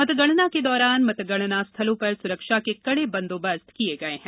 मतगणना के दौरान मतगणना स्थलों पर सुरक्षा के कड़े बंदोबस्त किये गये हैं